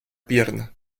pierna